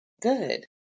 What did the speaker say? good